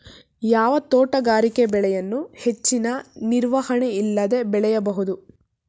ಯಾವ ತೋಟಗಾರಿಕೆ ಬೆಳೆಯನ್ನು ಹೆಚ್ಚಿನ ನಿರ್ವಹಣೆ ಇಲ್ಲದೆ ಬೆಳೆಯಬಹುದು?